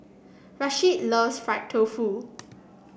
Rasheed loves Fried Tofu